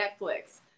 Netflix